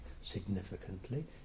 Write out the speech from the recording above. significantly